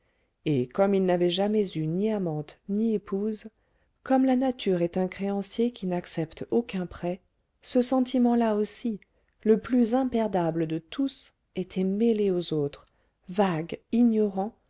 et comme il n'avait jamais eu ni amante ni épouse comme la nature est un créancier qui n'accepte aucun protêt ce sentiment là aussi le plus imperdable de tous était mêlé aux autres vague ignorant